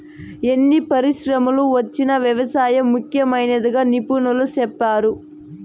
ఎన్ని పరిశ్రమలు వచ్చినా వ్యవసాయం ముఖ్యమైనదిగా నిపుణులు సెప్తారు